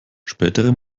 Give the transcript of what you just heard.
spätere